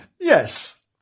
Yes